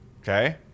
Okay